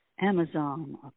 Amazon